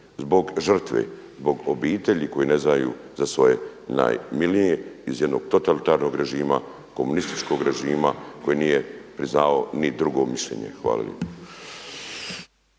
zbog žrtve, zbog obitelji koji ne znaju za svoje najmilije iz jednog totalitarnog režima, komunističkog režima koji nije priznavao ni drugo mišljenje. Hvala